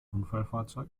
unfallfahrzeug